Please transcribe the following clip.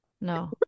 No